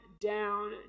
down